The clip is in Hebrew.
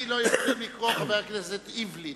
לי לא יכולים לקרוא חבר הכנסת עיבלין,